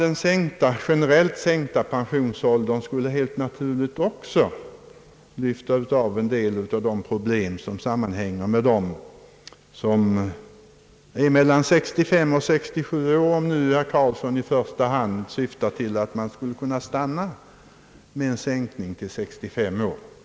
En generellt sänkt pensionsålder skulle helt naturligt också underlätta lösningen av en del problem för dem som är mellan 65 och 67 år — om nu herr Carlsson i första hand syftar till att man skulle stanna vid en sänkning till 65 år.